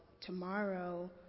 tomorrow